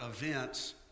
events